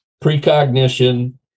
precognition